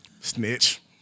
Snitch